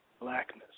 blackness